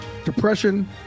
depression